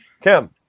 Tim